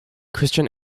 christian